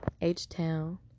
H-Town